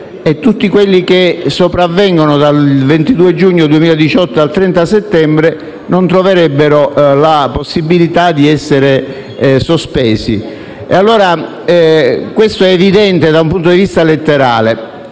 tutti quelli che sopravvengono dal 22 giugno 2018 al 30 settembre non troverebbero la possibilità di essere sospesi. Questo è evidente da un punto di vista letterale.